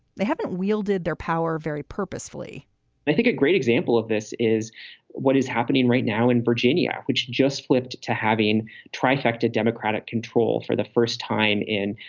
they haven't wielded their power very purposefully i think a great example of this is what is happening right now in virginia, which just flipped to having trifecta democratic control for the first time in,